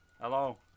Hello